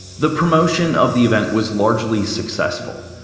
the promotion of the event was largely successful.